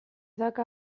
dauka